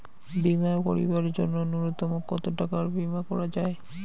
বীমা করিবার জন্য নূন্যতম কতো টাকার বীমা করা যায়?